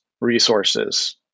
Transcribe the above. resources